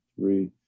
three